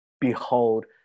behold